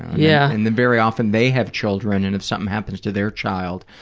yeah and then very often, they have children, and if something happens to their child,